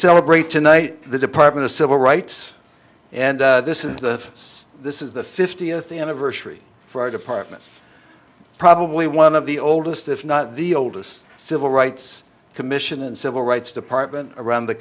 celebrate tonight the department of civil rights and this is that this is the fiftieth anniversary for our department probably one of the oldest if not the oldest civil rights commission and civil rights department around the